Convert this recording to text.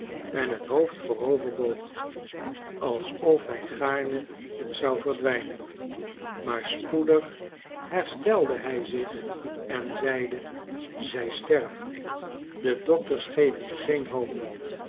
en het hoofd voorover boog alsof hij gaarne zou verdwijnen maar spoedig herstelde hij zich en zeide zij sterft de dokters geven geen hoop